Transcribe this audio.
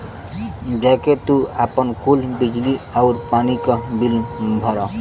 जा के तू आपन कुल बिजली आउर पानी क बिल भरा